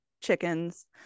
chickens